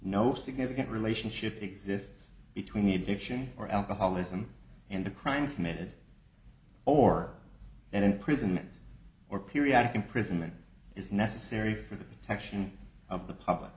no significant relationship exists between the addiction or alcoholism and the crime committed or that imprisonment or periodic imprisonment is necessary for the protection of the public